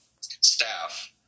staff